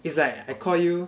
it's like I call you